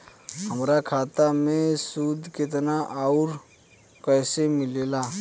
हमार खाता मे सूद केतना आउर कैसे मिलेला?